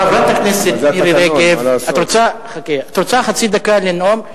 חברת הכנסת מירי רגב, את רוצה חצי דקה לנאום?